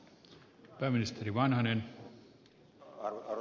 arvoisa puhemies